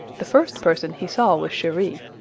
the first person he saw was cheri,